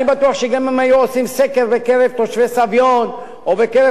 אני בטוח שגם אם היו עושים סקר בקרב תושבי סביון או בקרב